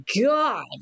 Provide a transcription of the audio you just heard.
god